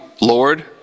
Lord